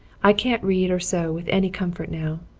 i can't read or sew with any comfort now.